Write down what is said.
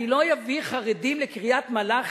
אני לא אביא חרדים לקריית-מלאכי,